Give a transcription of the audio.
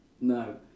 No